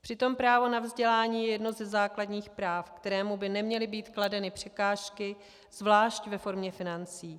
Přitom právo na vzdělání je jedno ze základních práv, kterému by neměly být kladeny překážky, zvlášť reformě financí.